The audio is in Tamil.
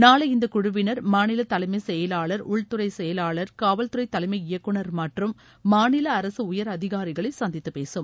நாளை இந்த குழுவினா மாநில தலைமைச் செயலாளா் உள்துறை செயலாளா் காவல்துறை தலைமை இயக்குநர் மற்றும் மாநில அரசு உயர் அதிகாரிகளை சந்தித்து பேசும்